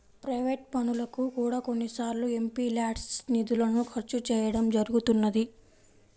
private పనులకు కూడా కొన్నిసార్లు ఎంపీల్యాడ్స్ నిధులను ఖర్చు చేయడం జరుగుతున్నది